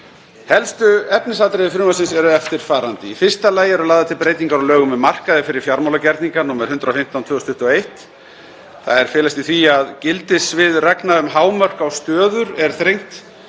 Helstu efnisatriði frumvarpsins eru eftirfarandi: Í fyrsta lagi eru lagðar til breytingar á lögum um markaði fyrir fjármálagerninga, nr. 115/2021. Þær felast í því að gildissvið reglna um hámörk á stöður er þrengt